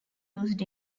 used